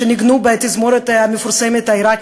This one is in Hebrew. שניגנו בתזמורת העיראקית המפורסמת,